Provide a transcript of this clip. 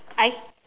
I